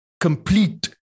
complete